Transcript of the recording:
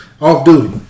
Off-duty